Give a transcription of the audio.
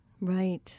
Right